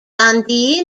gandhi